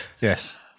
Yes